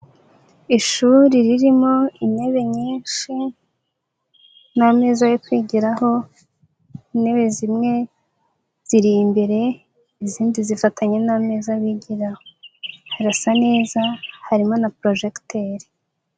Ishuri ririmo intebe nyinshi n'ameza yo kwigiraho, intebe zimwe ziri imbere izindi zifatanye n'ameza bigiraho birasa neza harimo na porojegiteri.